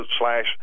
slash